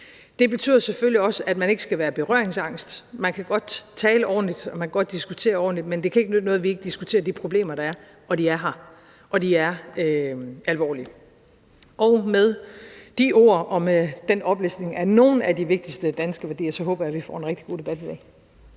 Det betyder selvfølgelig også, at man ikke skal være berøringsangst. Man kan godt tale ordentligt, og man kan godt diskutere ordentligt, men det kan ikke nytte noget, at vi ikke diskuterer de problemer, der er – og de er her, og de er alvorlige. Med de ord og med den oplistning af nogle af de vigtigste danske værdier håber jeg, at vi får en rigtig god debat i dag.